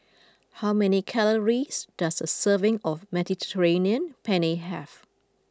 how many calories does a serving of Mediterranean Penne have